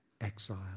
exile